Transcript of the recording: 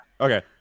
Okay